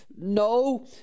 No